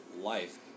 life